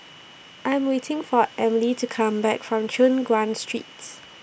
I Am waiting For Emely to Come Back from Choon Guan Street